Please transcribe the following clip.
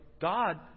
God